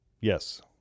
Yes